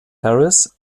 harris